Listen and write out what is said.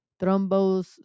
thrombosis